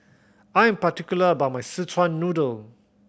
I am particular about my Szechuan Noodle